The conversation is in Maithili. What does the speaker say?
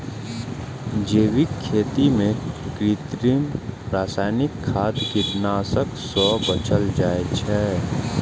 जैविक खेती मे कृत्रिम, रासायनिक खाद, कीटनाशक सं बचल जाइ छै